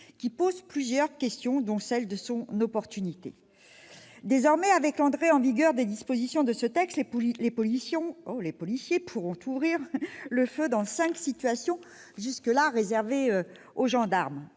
qui pose plusieurs questions, dont celle de son opportunité. Désormais, avec l'entrée en vigueur des dispositions de ce texte, les policiers pourront ouvrir le feu dans cinq situations jusque-là réservées aux gendarmes